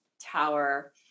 tower